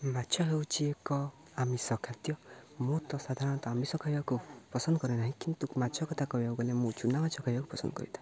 ମାଛ ହେଉଛିି ଏକ ଆମିଷ ଖାଦ୍ୟ ମୁଁ ତ ସାଧାରଣତଃ ଆମିଷ ଖାଇବାକୁ ପସନ୍ଦ କରେ ନାହିଁ କିନ୍ତୁ ମାଛ କଥା କହିବାକୁ ଗଲେ ମୁଁ ଚୂନା ମାଛ ଖାଇବାକୁ ପସନ୍ଦ କରିଥାଏ